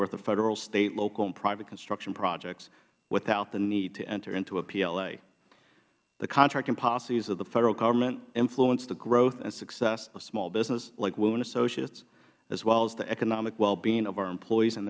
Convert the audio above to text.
worth of federal state local and private construction projects without the need to enter into a pla the contracting policies of the federal government influence the growth and success of small businesses like wu and associates as well as the economic wellbeing of our employees and